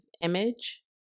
image